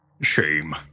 Shame